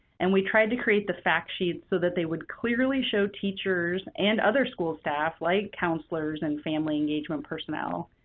and we tried to create the fact sheets so that they would clearly show teachers and other school staff, like counselors and family engagement personnel,